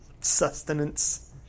sustenance